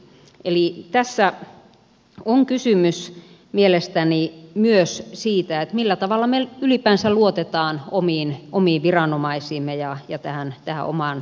eli tässä on kysymys mielestäni myös siitä millä tavalla me ylipäänsä luotamme omiin viranomaisiimme ja tähän omaan järjestelmäämme